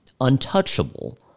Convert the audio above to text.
untouchable